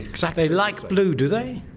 so they like blue, do they?